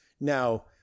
Now